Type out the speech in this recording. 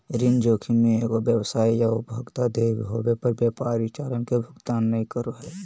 ऋण जोखिम मे एगो व्यवसाय या उपभोक्ता देय होवे पर व्यापारी चालान के भुगतान नय करो हय